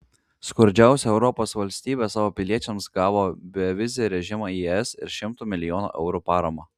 skurdžiausia europos valstybė savo piliečiams gavo bevizį režimą į es ir šimtų milijonų eurų paramą